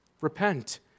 Repent